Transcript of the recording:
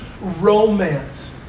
romance